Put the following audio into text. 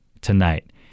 tonight